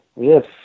yes